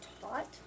taught